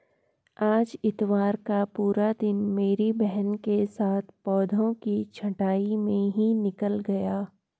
आज इतवार का पूरा दिन मेरी बहन के साथ पौधों की छंटाई में ही निकल गया